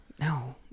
no